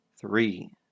three